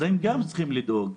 גם להם צריך לדאוג.